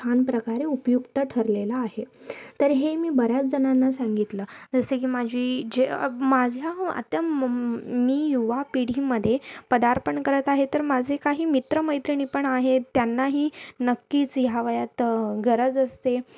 छान प्रकारे उपयुक्त ठरलेलं आहे तर हे मी बऱ्याच जणांना सांगितलं जसे की माझी जे माझ्या आता म् म् मी युवा पिढीमध्ये पदार्पण करत आहे तर माझे काही मित्र मैत्रिणी पण आहेत त्यांनाही नक्कीच ह्या वयात गरज असते